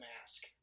mask